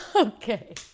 Okay